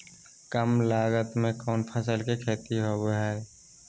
काम लागत में कौन फसल के खेती होबो हाय?